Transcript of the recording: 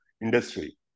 industry